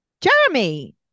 Jeremy